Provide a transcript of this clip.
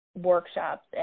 workshops